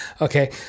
Okay